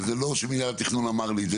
וזה לא שמנהל התכנון אמר לי את זה,